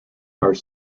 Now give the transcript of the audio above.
are